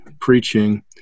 preaching